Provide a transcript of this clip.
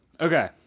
Okay